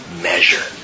measure